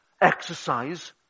exercise